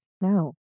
No